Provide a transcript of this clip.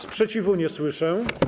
Sprzeciwu nie słyszę.